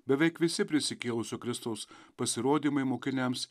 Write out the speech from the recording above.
beveik visi prisikėlusio kristaus pasirodymai mokiniams